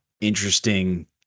interesting